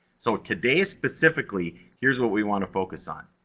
so, today specifically, here's what we want to focus on.